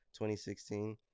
2016